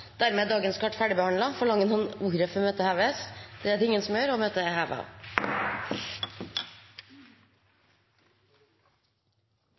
er det ingen som gjør, og møtet er